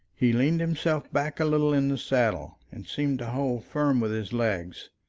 he leaned himself back a little in the saddle, and seemed to hold firm with his legs.